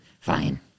Fine